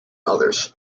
others